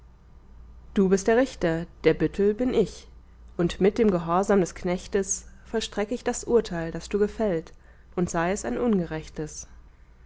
du bist der richter der büttel bin ich und mit dem gehorsam des knechtes vollstreck ich das urteil das du gefällt und sei es ein ungerechtes